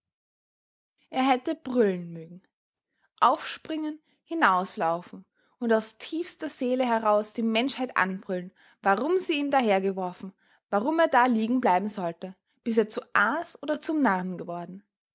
er hätte brüllen mögen aufspringen hinauslaufen und aus tiefster seele heraus die menschheit anbrüllen warum sie ihn dahergeworfen warum er da liegen bleiben sollte bis er zu aas oder zum narren geworden